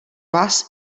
vás